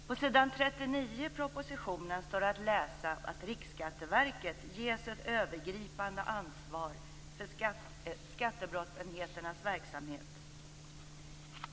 På s. 39 i propositionen står att läsa att Riksskatteverket ges ett övergripande ansvar för skattebrottsenheternas verksamhet.